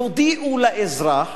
יודיעו לאזרח